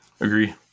agree